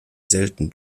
selten